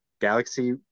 galaxy